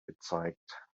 gezeigt